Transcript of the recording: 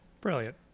Brilliant